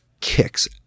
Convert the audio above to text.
kicks